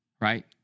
right